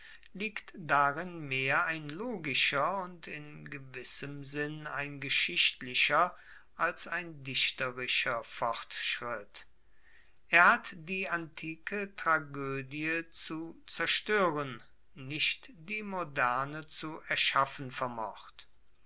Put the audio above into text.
liegt darin mehr ein logischer und in gewissem sinn ein geschichtlicher als ein dichterischer fortschritt er hat die antike tragoedie zu zerstoeren nicht die moderne zu erschaffen vermocht